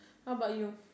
how about you